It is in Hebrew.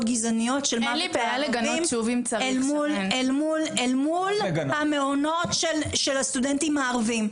גזעניות אל מול המעונות של הסטודנטים הערבים.